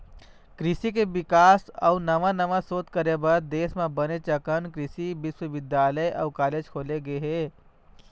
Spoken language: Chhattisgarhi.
कृषि के बिकास अउ नवा नवा सोध करे बर देश म बनेच अकन कृषि बिस्वबिद्यालय अउ कॉलेज खोले गे हे